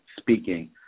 speaking